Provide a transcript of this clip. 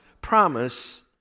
promise